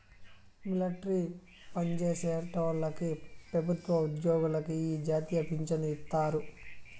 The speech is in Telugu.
మిలట్రీ పన్జేసేటోల్లకి పెబుత్వ ఉజ్జోగులకి ఈ జాతీయ పించను ఇత్తారు